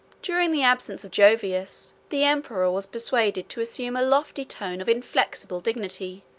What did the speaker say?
during the absence of jovius, the emperor was persuaded to assume a lofty tone of inflexible dignity,